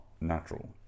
natural